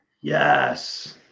Yes